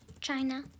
China